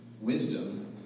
wisdom